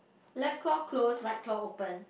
left claw close right claw open